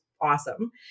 awesome